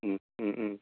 उम उम उम